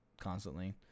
constantly